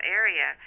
area